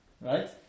right